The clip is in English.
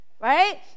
Right